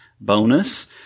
bonus